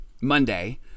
Monday